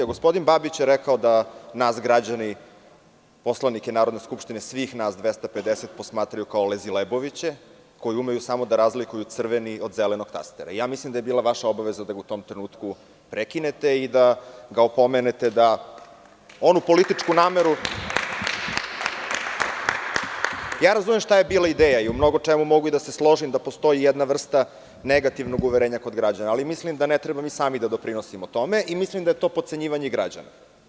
Gospodin Babić je rekao da nas građani, poslanike Narodne skupštine, svih nas 250 posmatraju kao „ lezileboviće“, koji umeju samo da razlikuju crveni od zelenog tastera i mislim da je bila vaša obaveza da ga u tom trenutku prekinete, i da ga opomenete da onu političku nameru, i razumem šta je bila ideja i mogu da se složim da postoji jedna vrsta negativnog uverenja kod građana, ali mislim da ne treba mi sami da doprinosimo tome i mislim da je to potcenjivanje građana.